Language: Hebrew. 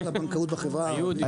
רק על הבנקאות בחברה הערבית.